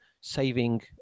saving